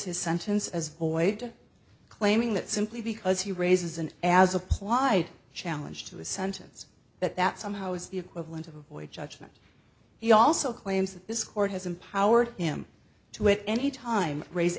his sentence as void claiming that simply because he raises an as applied challenge to a sentence that that somehow is the equivalent of a void judgment he also claims that this court has empowered him to at any time raise